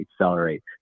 accelerate